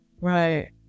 right